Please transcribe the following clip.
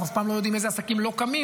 אנחנו אף פעם לא יודעים איזה עסקים לא קמים